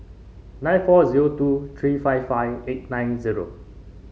nine four zero two three five five eight nine zero